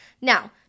Now